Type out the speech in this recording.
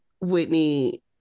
Whitney